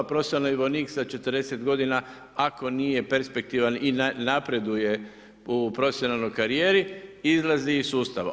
Profesionalni vojnik sa 40 godina, ako nije perspektivan i ne napreduje u profesionalnoj karijeri, izlazi iz sustava.